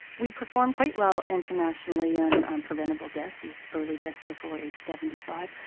we perform quite well internationally and on preventable deaths, these early deaths before age seventy five,